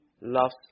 loves